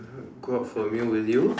go out for a meal with you